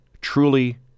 truly